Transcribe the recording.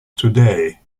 today